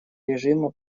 режима